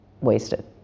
wasted